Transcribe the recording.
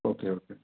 okay okay